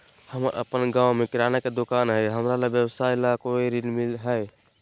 हमर अपन गांव में किराना के दुकान हई, हमरा के व्यवसाय ला कोई ऋण हई?